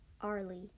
Arlie